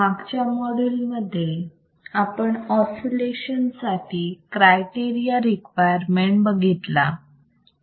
मागच्या माॅड्यूलमध्ये आपण ऑसिलेशन साठी क्रायटेरिया रिक्वायरमेंट बघितला